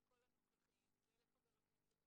יושבת הראש, ולכל הנוכחים ולחבר הכנסת רוזנטל